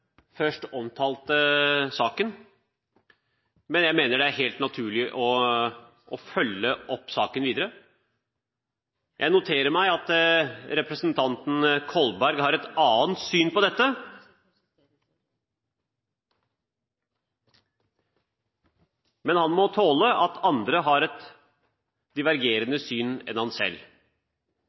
først omtalte saken. Men jeg mener det er helt naturlig å følge opp saken videre. Jeg noterer meg at representanten Kolberg har et annet syn på dette. Men han må tåle at andre har et divergerende syn.